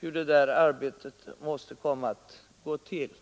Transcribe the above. hur det arbetet måste gå till.